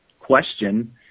question